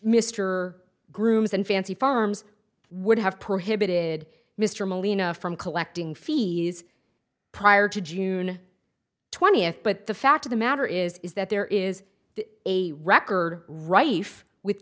mr grooms and fancy firms would have prohibited mr molina from collecting fees prior to june twentieth but the fact of the matter is is that there is a record ri